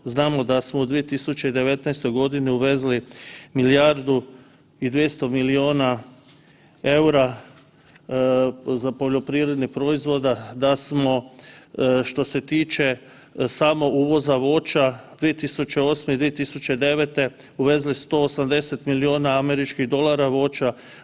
Znamo da smo u 2019. g. uvezi milijardu i 200 milijuna eura za poljoprivrednih proizvoda, da smo što se tiče samog uvoza voća 2008. i 2009. uvezni 180 milijuna američkih dolara voća.